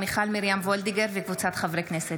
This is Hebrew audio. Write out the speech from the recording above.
מיכל מרים וולדיגר וקבוצת חברי כנסת.